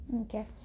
Okay